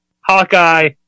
Hawkeye